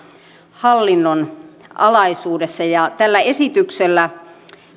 hallinnon alaisuudessa ja tällä esityksellä